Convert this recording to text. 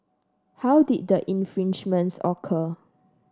how did the infringements occur